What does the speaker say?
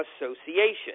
association